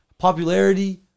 Popularity